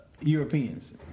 Europeans